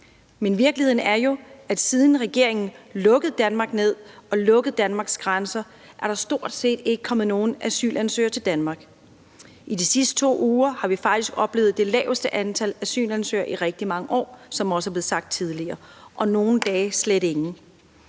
Men virkeligheden er jo, at siden regeringen lukkede Danmark ned og lukkede Danmarks grænser, er der stort set ikke kommet nogen asylansøgere til Danmark. I de sidste 2 uger har vi faktisk oplevet det laveste antal asylansøgere i rigtig mange år, hvilket også er blevet sagt tidligere, og nogle dage slet ingen.